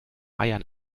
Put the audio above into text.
eiern